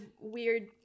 weird